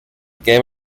game